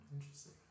interesting